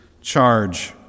charge